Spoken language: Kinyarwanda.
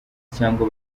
cyangwa